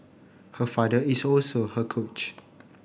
her father is also her coach